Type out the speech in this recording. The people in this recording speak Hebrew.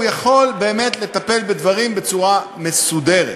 הוא יכול באמת לטפל בדברים בצורה מסודרת.